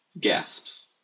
gasps